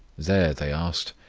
there they asked,